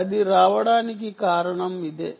అది రావడానికి కారణం ఇదే